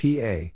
PA